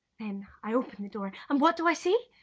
then i open the door. and what do i see?